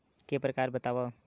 के प्रकार बतावव?